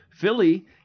Philly